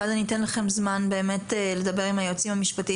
ואז אני אתן לכם זמן באמת לדבר עם היועצים המשפטיים